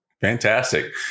Fantastic